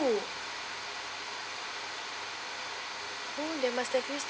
{oh] there must use